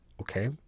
Okay